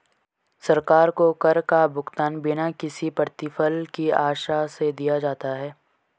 सरकार को कर का भुगतान बिना किसी प्रतिफल की आशा से दिया जाता है